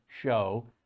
show